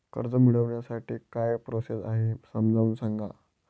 कर्ज मिळविण्यासाठी काय प्रोसेस आहे समजावून सांगा